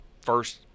first